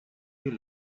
you